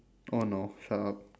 oh no shut up